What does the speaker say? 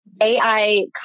AI